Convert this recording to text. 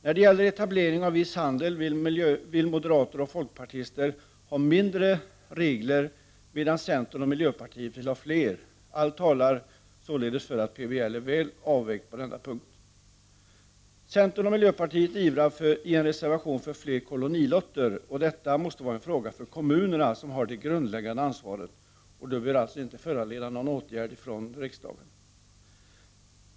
När det gäller etablering av viss handel vill moderaterna och folkpartiet ha färre regler, medan centern och miljöpartiet vill ha fler. Allt talar således för att PBL är väl avvägt på denna punkt. Centern och miljöpartiet ivrar i en reservation för flera kolonilotter. Detta måste vara en fråga för kommunerna, som har det grundläggande ansvaret och bör således inte föranleda någon åtgärd från riksdagen.